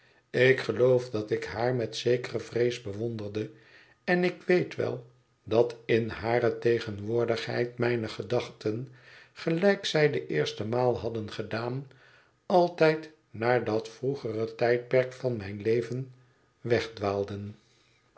ik geloof dat ik haar met zekere vrees bewonderde en ik weet wel dat in hare tegenwoordigheid mijne gedachten gelijk zij de eerste maal hadden gedaan altijd naar dat vroegere tijdperk van mijn leven